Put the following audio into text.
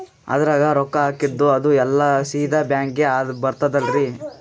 ಅದ್ರಗ ರೊಕ್ಕ ಹಾಕಿದ್ದು ಅದು ಎಲ್ಲಾ ಸೀದಾ ಬ್ಯಾಂಕಿಗಿ ಬರ್ತದಲ್ರಿ?